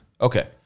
Okay